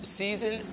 season